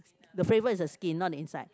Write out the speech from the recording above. the flavour is the skin not the inside